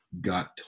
got